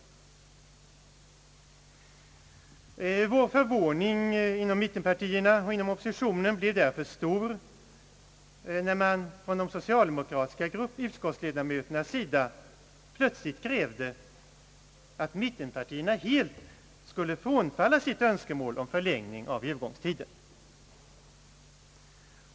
Vår förvåning inom mittenpartierna blev därför stor när man från de socialdemokratiska utskottsledamöternas sida plötsligt krävde att mittenpartierna helt skulle frånfalla sitt önskemål om förlängning av övergångstiden.